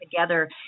together